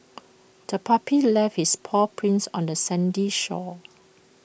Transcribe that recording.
the puppy left its paw prints on the sandy shore